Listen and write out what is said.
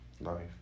life